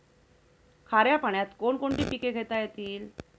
खाऱ्या पाण्यात कोण कोणती पिके घेता येतील?